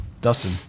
Dustin